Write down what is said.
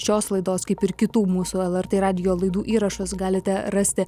šios laidos kaip ir kitų mūsų lrt radijo laidų įrašus galite rasti